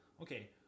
okay